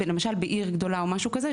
למשל בעיר גדולה או משהו כזה,